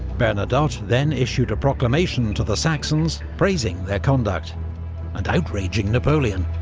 bernadotte then issued a proclamation to the saxons, praising their conduct and outraging napoleon.